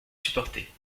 supporter